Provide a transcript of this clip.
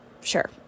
Sure